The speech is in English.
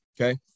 Okay